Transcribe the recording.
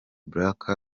black